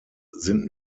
sind